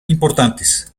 importantes